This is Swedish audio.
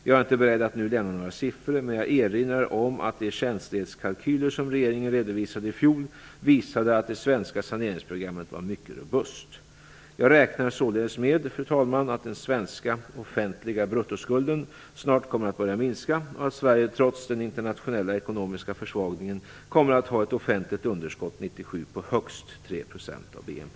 Jag är inte beredd att nu lämna några siffror, men jag erinrar om att de känslighetskalkyler som regeringen redovisade i fjol visade att det svenska saneringsprogrammet var mycket robust. Jag räknar således med, fru talman, att den svenska offentliga bruttoskulden snart kommer att börja minska och att Sverige trots den internationella ekonomiska försvagningen kommer att ha ett offentligt underskott 1997 på högst 3 % av BNP.